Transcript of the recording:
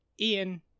Ian